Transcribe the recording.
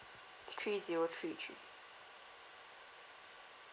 three zero three three